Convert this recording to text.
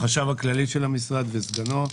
החשב הכללי של המשרד וסגנו,